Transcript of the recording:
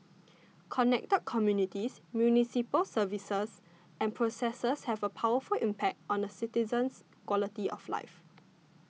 connected communities municipal services and processes have a powerful impact on a citizen's quality of life